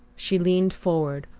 she leaned forward,